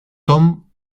tom